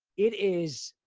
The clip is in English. it is